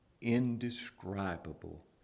indescribable